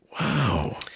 Wow